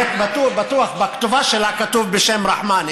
בטוח בכתובה שלה היה כתוב "בשם רחמן",